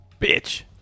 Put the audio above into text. Bitch